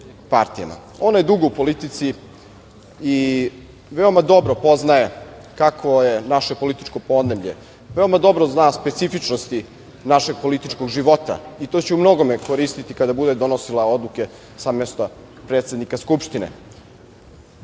partijama. Ona je dugo u politici i veoma dobro poznaje kakvo je naše političko podneblje. Veoma dobro zna specifičnosti našeg političkog života i to će u mnogome koristiti kada bude donosila odluke sa mesta predsednika Skupštine. Imala